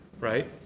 right